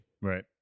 Right